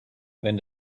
wenn